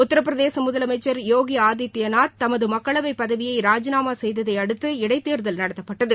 உத்தரபிரதேச முதலமைச்சர் யோகி ஆதித்யநாத் தமது மக்களவை பதவியை ராஜினாமா செய்ததையடுத்து இடைதேர்தல் நடத்தப்பட்டது